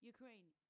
Ukraine